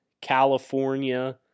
California